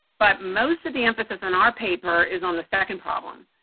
but most of the emphasis on our paper is on the second problem.